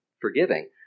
forgiving